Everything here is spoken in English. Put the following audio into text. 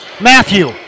Matthew